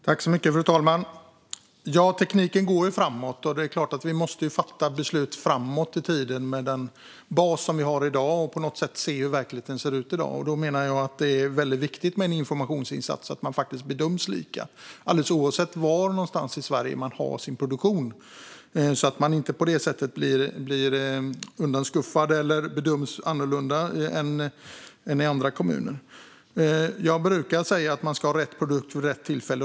Fru talman! Tekniken går framåt, och det är klart att vi måste fatta beslut framåt i tiden med den bas som vi har i dag och på något se hur verkligheten ser ut i dag. Då menar jag att det är väldigt viktigt med en informationsinsats så att man faktiskt bedöms lika oavsett var någonstans i Sverige som man har sin produktion så att man inte blir undanskuffad eller bedöms annorlunda i en kommun jämfört med i andra kommuner. Jag brukar säga att man ska ha rätt produkt vid rätt tillfälle.